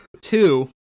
Two